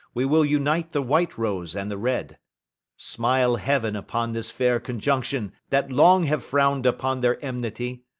we will unite the white rose and the red smile heaven upon this fair conjunction, that long have frown'd upon their emnity!